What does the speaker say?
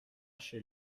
chez